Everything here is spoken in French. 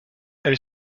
elle